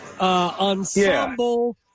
ensemble